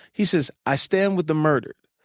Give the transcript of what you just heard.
he says, i stand with the murdered.